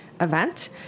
event